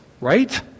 right